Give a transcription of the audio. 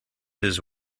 his